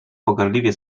pogardliwie